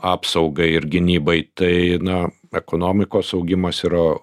apsaugai ir gynybai tai na ekonomikos augimas yra